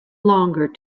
longer